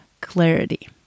clarity